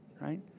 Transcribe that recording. right